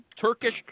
Turkish